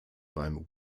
beim